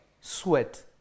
sweat